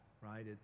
right